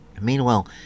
Meanwhile